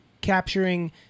capturing